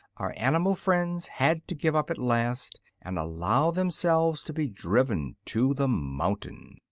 our animal friends had to give up at last and allow themselves to be driven to the mountain.